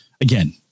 Again